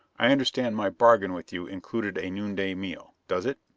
i understand my bargain with you included a noonday meal. does it?